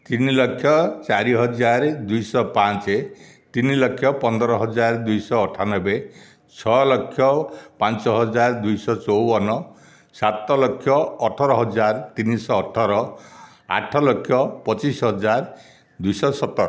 ତିନି ଲକ୍ଷ ଚାରି ହଜାର ଦୁଇ ଶହ ପାଞ୍ଚ ତିନି ଲକ୍ଷ ପନ୍ଦର ହଜାର ଦୁଇଶହ ଅଠାନବେ ଛଲକ୍ଷ ପାଞ୍ଚ ହଜାର ଦୁଇଶହ ଚଉବନ ସାତ ଲକ୍ଷ ଅଠର ହଜାର ତିନିଶହ ଅଠର ଆଠ ଲକ୍ଷ ପଚିଶି ହଜାର ଦୁଇ ଶହ ସତର